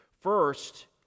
First